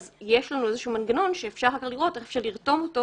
אז יש לנו איזשהו מנגנון שאפשר לראות איך אפשר לרתום אותו